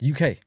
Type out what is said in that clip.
UK